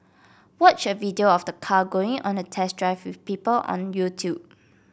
watch a video of the car going on a test drive with people on YouTube